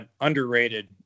underrated